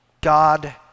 God